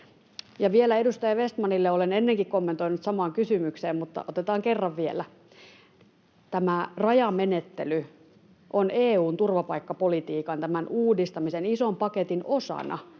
edustaja Vestmanille — olen ennenkin kommentoinut samaan kysymykseen, mutta otetaan kerran vielä. Tämä rajamenettely on EU:n turvapaikkapolitiikan, tämän uudistamisen, ison paketin osana,